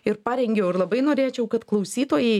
ir parengiau ir labai norėčiau kad klausytojai